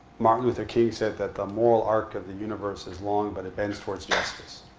martin luther king said that the moral arc of the universe is long, but it bends towards justice.